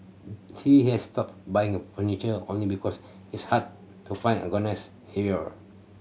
he has stopped buying furniture only because it's hard to find here